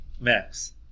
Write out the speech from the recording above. Max